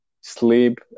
sleep